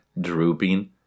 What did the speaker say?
drooping